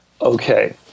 Okay